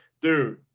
Dude